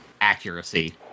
accuracy